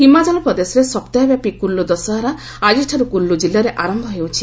ହିମାଚଳ ପ୍ରଦେଶରେ ସପ୍ତାହବ୍ୟାପୀ କୁଲ୍କୁ ଦଶହରା ଆଜିଠାରୁ କୁଲ୍କୁ ଜିଲ୍ଲାରେ ଆରମ୍ଭ ହେଉଛି